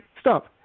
Stop